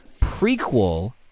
prequel